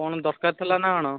କ'ଣ ଦରକାର ଥିଲା ନା କ'ଣ